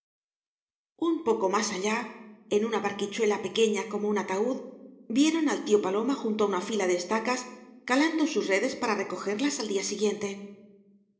un poco más allá en una barquichuela pequeña como un ataúd vieron al tío paloma junto á una fila de estacas calando sus redes para re cogerlas al día siguiente